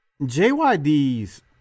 JYD's